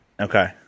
Okay